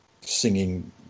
singing